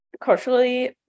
culturally